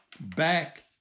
back